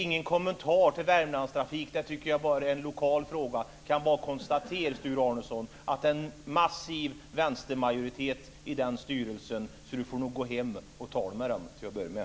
Ingen kommentar till Värmlandstrafiken, det är bara en lokal fråga. Jag kan bara konstatera, Sture Arnesson, att det är en massiv vänstermajoritet i den styrelsen, så Sture Arnesson får nog gå hem och tala med dem till att börja med.